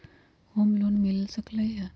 Home loan मिल सकलइ ह?